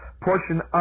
portion